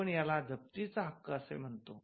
आपण याला जप्तीचा हक्क असे म्हणतो